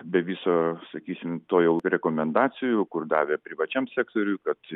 be viso sakysim to jau rekomendacijų kur davė privačiam sektoriui kad